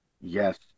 Yes